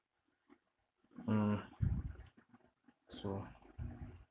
mm so